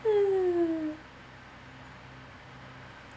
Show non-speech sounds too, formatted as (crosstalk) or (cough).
(laughs)